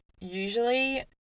usually